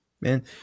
man